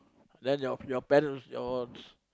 then your your parents your